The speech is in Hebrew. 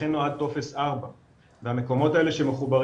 לכן נועד טופס 4 והמקומות האלה שמחוברים